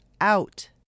out